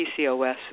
PCOS